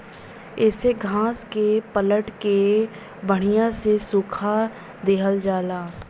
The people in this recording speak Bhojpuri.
येसे घास के पलट के बड़िया से सुखा दिहल जाला